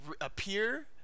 appear